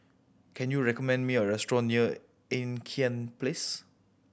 can you recommend me a restaurant near Ean Kiam Place